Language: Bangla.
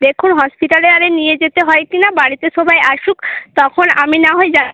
দেখুন হসপিটালে আরে নিয়ে যেতে হয় কি না বাড়িতে সবাই আসুক তখন আমি নাহয় যাচ্ছি